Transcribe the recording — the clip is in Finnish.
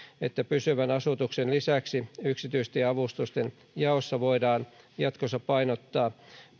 että pysyvän asutuksen lisäksi yksityistieavustusten jaossa voidaan jatkossa painottaa